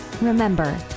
Remember